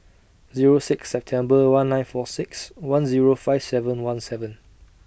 Zero six September one nine four six one Zero five seven one seven